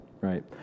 right